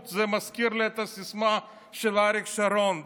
זה מזכיר לי את הסיסמה של אריק שרון,